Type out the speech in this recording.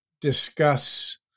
discuss